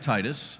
Titus